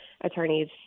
attorneys